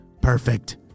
Perfect